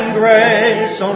grace